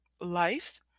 life